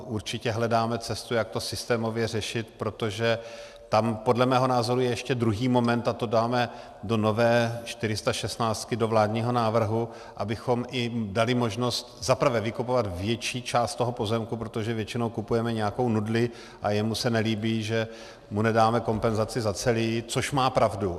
Určitě hledáme cesty, jak to systémově řešit, protože tam podle mého názoru je ještě druhý moment, a to dáme do nové čtyřistašestnáctky, do vládního návrhu, abychom jim dali možnost zaprvé vykupovat větší část toho pozemku, protože většinou kupujeme nějakou nudli a jemu se nelíbí, že mu nedáme kompenzaci za celé, což má pravdu.